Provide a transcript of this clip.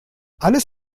alles